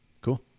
Cool